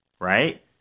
right